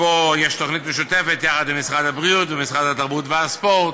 תוכנית משותפת יחד עם משרד הבריאות ומשרד התרבות והספורט,